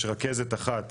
יש רכזת אחת